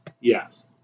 Yes